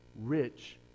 rich